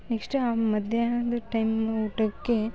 next ಆ ಮಧ್ಯಾಹ್ನದ್ time ಊಟಕ್ಕೆ